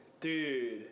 dude